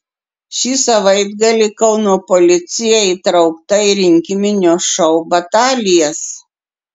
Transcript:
šį savaitgalį kauno policija įtraukta į rinkiminio šou batalijas